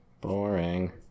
boring